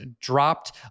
dropped